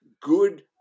good